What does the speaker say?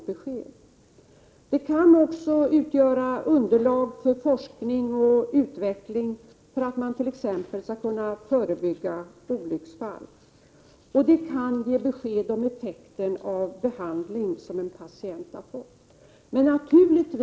Obduktionen kan också utgöra underlag för forskning och utveckling, för att man t.ex. skall kunna förebygga olycksfall. En obduktion kan också ge besked om effekten av en behandling som patienten har fått.